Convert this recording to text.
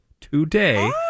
today